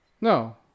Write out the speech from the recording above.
No